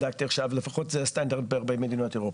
לפחות זה הסטנדרט במדינות אירופה.